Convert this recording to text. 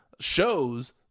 shows